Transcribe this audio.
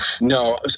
No